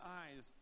eyes